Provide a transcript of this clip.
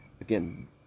Again